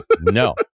no